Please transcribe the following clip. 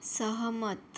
सहमत